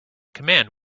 command